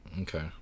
okay